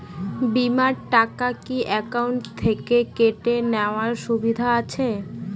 বিমার টাকা কি অ্যাকাউন্ট থেকে কেটে নেওয়ার সুবিধা আছে?